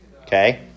Okay